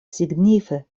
signife